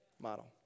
model